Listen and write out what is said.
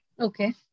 Okay